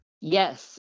Yes